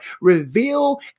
Reveal